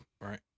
right